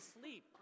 sleep